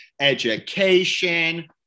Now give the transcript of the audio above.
education